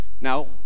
Now